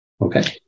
okay